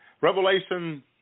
Revelation